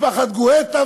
משפחת גואטה,